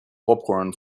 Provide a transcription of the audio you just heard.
popcorn